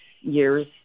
years